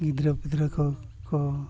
ᱜᱤᱫᱽᱨᱟᱹ ᱯᱤᱫᱽᱨᱟᱹ ᱠᱚᱠᱚ